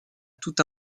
tout